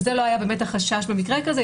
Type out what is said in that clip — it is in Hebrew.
לא היה חשש ממקרה כזה.